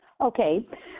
Okay